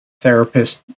therapist